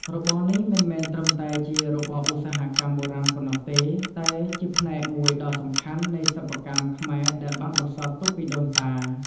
របរនេះមិនមែនត្រឹមតែជារបរឧស្សាហកម្មបុរាណប៉ុណ្ណោះទេ តែជាផ្នែកមួយដ៏សំខាន់នៃសិប្បកម្មខ្មែរដែលបានបន្សល់ទុកពីដូនតា។